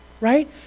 Right